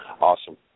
awesome